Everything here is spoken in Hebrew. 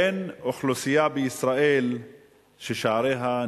אין אוכלוסייה בישראל ששעריה